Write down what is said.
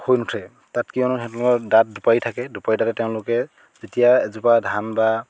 হৈ নুঠে তাত কিয়নো সিহঁতলোকৰ দাঁত দুপাৰি থাকে দুপাৰি দাঁতেৰে তেওঁলোকে যেতিয়া এজোপা ধান বা